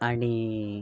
आणि